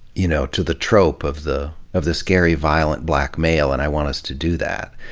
you know, to the trope of the of the scary violent black male and i want us to do that,